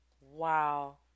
Wow